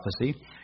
prophecy